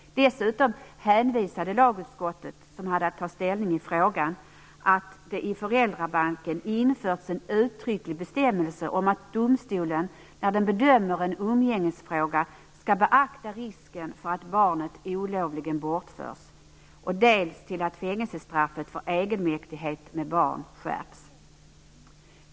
Dessutom hänvisade lagutskottet, som hade att ta ställning i frågan, till att det i föräldrabalken införts en uttrycklig bestämmelse om att domstolen, när den bedömer en umgängesfråga, skall beakta risken för att barnet olovligen bortförs. Lagutskottet hänvisade också till att fängelsestraffet för egenmäktighet med barn skärps.